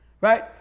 Right